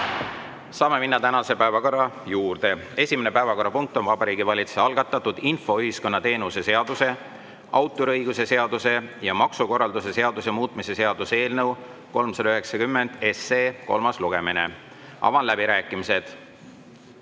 Saame minna tänase päevakorra juurde. Esimene päevakorrapunkt on Vabariigi Valitsuse algatatud infoühiskonna teenuse seaduse, autoriõiguse seaduse ja maksukorralduse seaduse muutmise seaduse eelnõu 390 kolmas lugemine. Avan läbirääkimised.